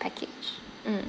package mm